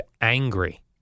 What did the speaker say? angry